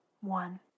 one